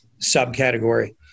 subcategory